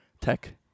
tech